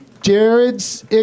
Jared's